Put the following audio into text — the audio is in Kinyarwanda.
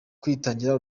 kwitangira